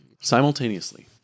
simultaneously